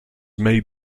may